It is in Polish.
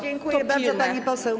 Dziękuję bardzo, pani poseł.